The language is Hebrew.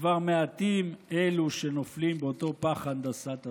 כבר מעטים אלו שנופלים באותו פח הנדסת התודעה.